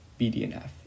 BDNF